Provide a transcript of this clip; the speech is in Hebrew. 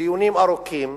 דיונים ארוכים